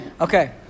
Okay